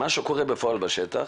ומה שקורה בפועל בשטח,